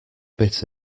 bit